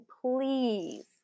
please